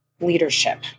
leadership